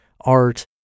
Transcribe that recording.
art